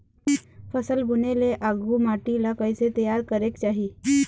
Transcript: फसल बुने ले आघु माटी ला कइसे तियार करेक चाही?